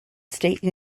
state